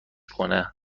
کنه